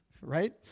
right